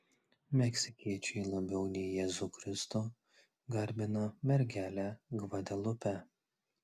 meksikiečiai labiau nei jėzų kristų garbina mergelę gvadelupę